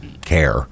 care